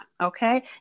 okay